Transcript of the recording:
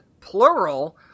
plural